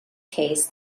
case